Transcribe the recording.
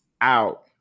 out